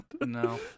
No